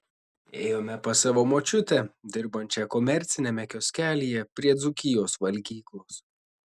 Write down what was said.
ėjome pas savo močiutę dirbančią komerciniame kioskelyje prie dzūkijos valgyklos